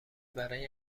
برای